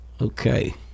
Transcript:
Okay